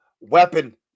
weapon